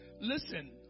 Listen